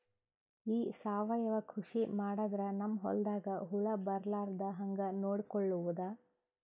ಈ ಸಾವಯವ ಕೃಷಿ ಮಾಡದ್ರ ನಮ್ ಹೊಲ್ದಾಗ ಹುಳ ಬರಲಾರದ ಹಂಗ್ ನೋಡಿಕೊಳ್ಳುವುದ?